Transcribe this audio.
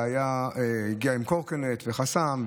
אלא הגיע עם קורקינט וחסם,